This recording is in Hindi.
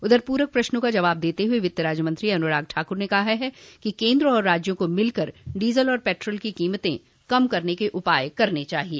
उधर पूरक प्रश्नों का जवाब देते हुए वित्त राज्यमंत्री अनुराग ठाकुर ने कहा कि केंद्र और राज्यों को मिलकर डीजल और पेट्रोल की कीमतें कम करने के उपाय करने चाहिए